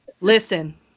Listen